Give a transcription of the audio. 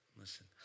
listen